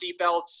seatbelts